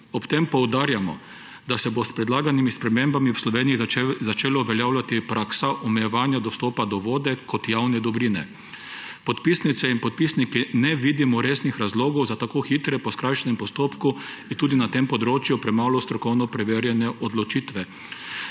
Ob tem poudarjamo, da se bo s predlaganimi spremembami v Sloveniji začela uveljavljati praksa omejevanja dostopa do vode kot javne dobrine. Podpisnice in podpisniki ne vidimo resnih razlogov za tako hitre, po skrajšanem postopku, in tudi na tem področju premalo strokovno preverjene odločitve.«